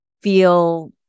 feel